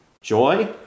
joy